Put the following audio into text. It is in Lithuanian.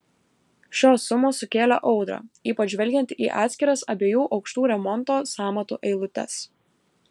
šios sumos sukėlė audrą ypač žvelgiant į atskiras abiejų aukštų remonto sąmatų eilutes